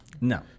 no